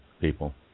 people